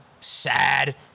sad